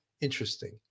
interesting